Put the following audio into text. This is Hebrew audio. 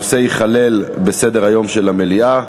הנושא ייכלל בסדר-היום של המליאה.